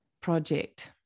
project